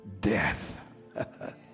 death